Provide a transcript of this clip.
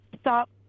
Stop